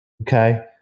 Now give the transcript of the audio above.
okay